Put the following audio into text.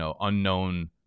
unknown